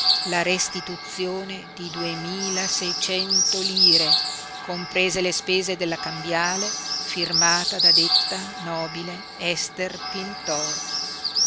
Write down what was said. la restituzione di duemilaseicento lire comprese le spese della cambiale firmata da detta nobile ester pintor